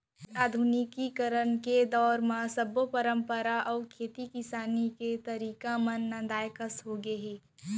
आज आधुनिकीकरन के दौर म सब्बो परंपरा अउ खेती किसानी के तरीका मन नंदाए कस हो गए हे